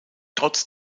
trotz